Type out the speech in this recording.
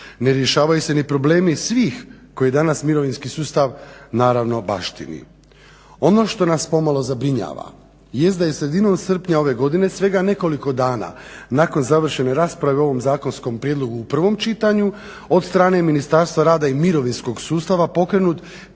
ne rješavaju se ni problemi svih koji danas mirovinski sustav naravno baštini. Ono što nas pomalo zabrinjava jest da je sredinom srpnja ove godine svega na nekoliko dana nakon završene rasprave o ovom zakonskom prijedlogu u prvom čitanju od strane Ministarstva rada i mirovinskog sustava pokrenut